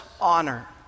honor